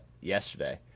yesterday